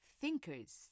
thinkers